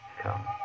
Come